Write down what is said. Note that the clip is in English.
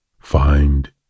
Find